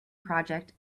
project